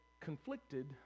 conflicted